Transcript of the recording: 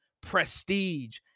prestige